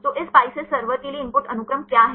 तो इस PISCES server के लिए इनपुट अनुक्रम क्या है